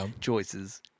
choices